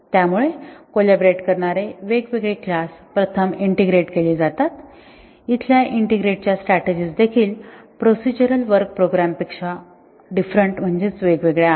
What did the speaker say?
त्यामुळे कोलॅबोरेट करणारे वेगवेगळे क्लास प्रथम इंटिग्रेट केले जातात इथल्या इंटिग्रेट च्या स्ट्रॅटेजि देखील प्रोसिजरल वर्क प्रोग्रॅम पेक्षा डिफरंट आहेत